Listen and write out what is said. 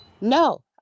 No